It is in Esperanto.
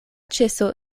ĉeso